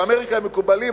באמריקה הם מקובלים,